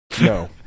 No